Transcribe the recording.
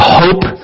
hope